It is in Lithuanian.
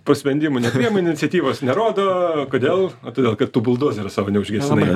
po sprendimų nepriima iniciatyvos nerodo o kodėl o todėl kad tu buldozerio savo neužgesinai